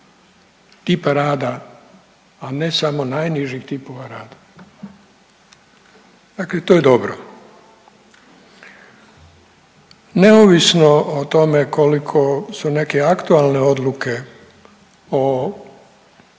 tipa rada, a ne samo najnižih tipova rada, dakle to je dobro. Neovisno o tome koliko su neke aktualne odluke po